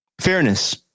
Fairness